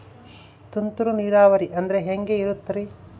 ತುಂತುರು ನೇರಾವರಿ ಅಂದ್ರೆ ಹೆಂಗೆ ಇರುತ್ತರಿ?